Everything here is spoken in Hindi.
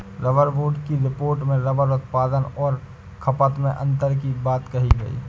रबर बोर्ड की रिपोर्ट में रबर उत्पादन और खपत में अन्तर की बात कही गई